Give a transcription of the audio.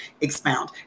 expound